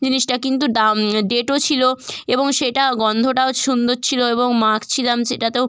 জিনিসটা কিন্তু দাম ডেটও ছিলো এবং সেটা গন্ধটাও সুন্দর ছিলো এবং মাখছিলাম সেটাতেও